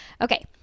okay